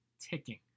ticking